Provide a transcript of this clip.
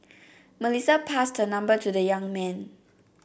Melissa passed her number to the young man